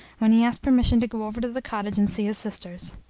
when he asked permission to go over to the cottage and see his sisters.